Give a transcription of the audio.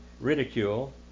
ridicule